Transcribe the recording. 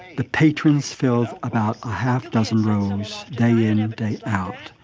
the patrons film about a half dozen rooms day in and day out.